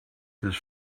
this